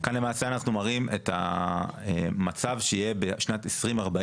כאן למעשה אנחנו מראים את המצב שיהיה בשנת 2040